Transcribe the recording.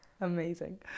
amazing